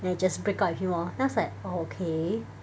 then I just break up with him lor then I was like oh okay